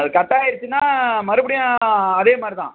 அது கட்டாயிருச்சின்னால் மறுபடியும் அதே மாதிரி தான்